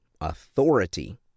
authority